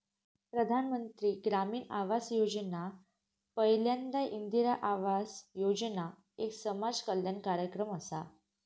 प्रधानमंत्री ग्रामीण आवास योजना पयल्यांदा इंदिरा आवास योजना एक समाज कल्याण कार्यक्रम असा